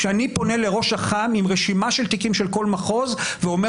כשאני פונה לראש אח"מ עם רשימה של תיקים של כל מחוז ואומר